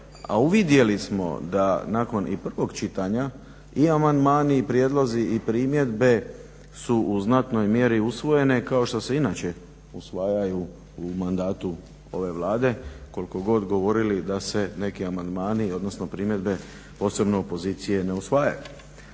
uvidjeli smo da nakon i prvog čitanja i amandmani i prijedlozi i primjedbe su u znatnoj mjeri usvojene kao što se inače usvajaju u mandatu ove Vlade koliko god govorili da se neki amandmani odnosno primjedbe posebno opozicije ne usvajaju.